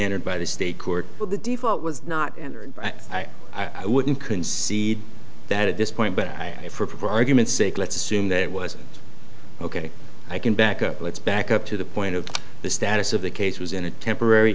entered by the state court but the default was not and i wouldn't concede that at this point but i for argument's sake let's assume that it wasn't ok i can back up let's back up to the point of the status of the case was in a temporary